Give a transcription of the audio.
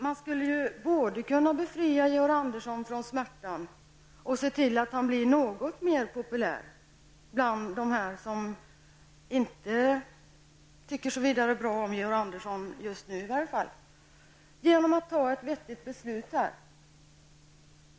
Man skulle ju kunna både befria Georg Andersson från smärtan och se till att han blir något mer populär bland dem som inte tycker så vidare bra om Georg Andersson just nu, genom att ta ett vettigt beslut i den här frågan.